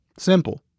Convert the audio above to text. Simple